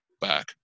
back